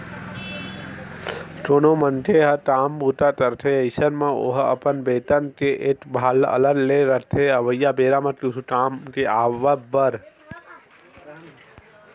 कोनो मनखे ह काम बूता करथे अइसन म ओहा अपन बेतन के एक भाग ल अलगे ले रखथे अवइया बेरा म कुछु काम के आवब बर